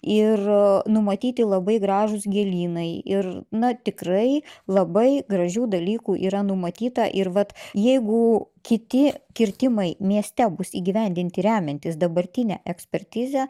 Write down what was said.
ir numatyti labai gražūs gėlynai ir na tikrai labai gražių dalykų yra numatyta ir vat jeigu kiti kirtimai mieste bus įgyvendinti remiantis dabartine ekspertize